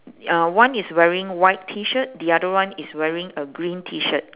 y~ uh one is wearing white T shirt the other one is wearing a green T shirt